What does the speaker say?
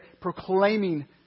proclaiming